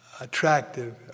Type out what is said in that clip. attractive